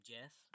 Jeff